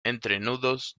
entrenudos